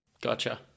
Gotcha